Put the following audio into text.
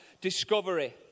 discovery